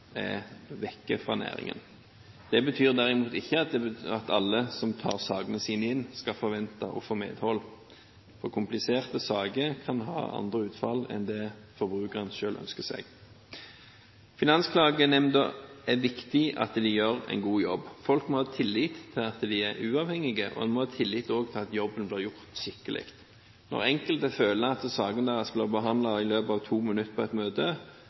Det betyr likevel ikke at alle som tar sakene sine inn, skal forvente å få medhold, for kompliserte saker kan få andre utfall enn det forbrukeren selv ønsker seg. Det er viktig at Finansklagenemnda gjør en god jobb. Folk må ha tillit til at de er uavhengige, og de må ha tillit til at jobben blir gjort skikkelig. Når enkelte føler at saken deres blir behandlet i løpet av to minutter på et møte,